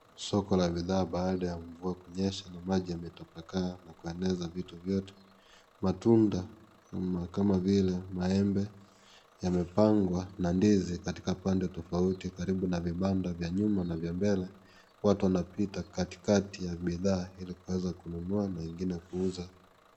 Soko la bidhaa baada ya mvua kunyesha na maji yametapakaa na kueneza vitu vyote, matunda kama vile maembe yamepangwa na ndizi katika pande tofauti karibu na vibanda vya nyuma na vya mbele. Watu wanapita katikati ya bidhaa ili kuweza kunua na wengine kuuza.